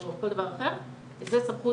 זה סמכות